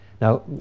Now